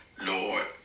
Lord